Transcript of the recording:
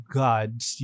gods